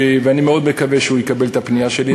אני מאוד מקווה שהוא יקבל את הפנייה שלי.